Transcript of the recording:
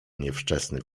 niewczesny